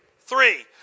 Three